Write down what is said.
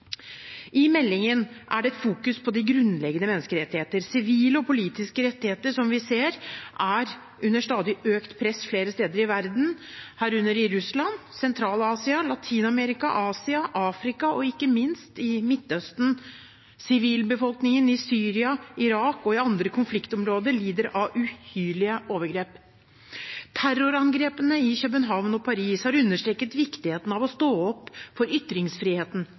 I meldingen fokuseres det på de grunnleggende menneskerettigheter – sivile og politiske rettigheter – som vi ser er under stadig økende press flere steder i verden, herunder i Russland, Sentral-Asia, Latin-Amerika, Asia, Afrika og ikke minst i Midtøsten. Sivilbefolkningen i Syria, Irak og i andre konfliktområder lider under uhyrlige overgrep. Terrorangrepene i København og Paris har understreket viktigheten av å stå opp for ytringsfriheten,